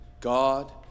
God